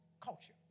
culture